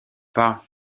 pas